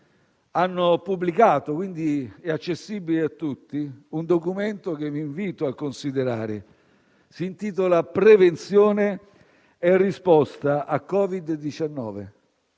hanno pubblicato, ed è quindi accessibile a tutti, il documento che vi invito a considerare intitolato «Prevenzione e risposta a Covid-19: